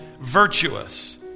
virtuous